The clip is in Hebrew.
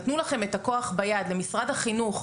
נתנו לכם את הכוח ביד, למשרד החינוך.